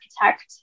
architect